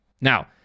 Now